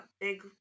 big